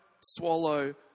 swallow